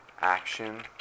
action